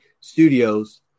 studios